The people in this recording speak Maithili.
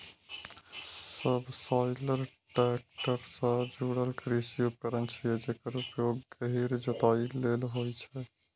सबसॉइलर टैक्टर सं जुड़ल कृषि उपकरण छियै, जेकर उपयोग गहींर जोताइ लेल होइ छै